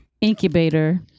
incubator